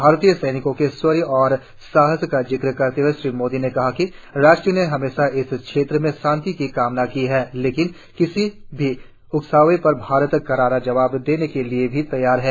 भारतीय सैनिकों के शौर्य और साहस का जिक्र करते हए श्री मोदी ने कहा कि राष्ट्र ने हमेशा इस क्षेत्र में शांति की कामना की है लेकिन किसी भी उकसावे पर भारत करारा जवाब देने को भी तैयार है